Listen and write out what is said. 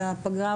בפגרה,